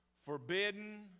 Forbidden